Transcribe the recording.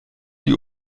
die